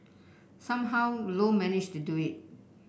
somehow Low managed to do it